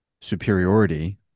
superiority